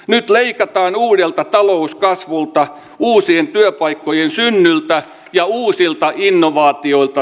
niille vauhdilta talouskasvulta uusien työpaikkojen seiniltä ja uusilta innovaatioita